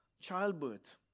childbirth